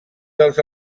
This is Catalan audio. dels